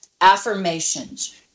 affirmations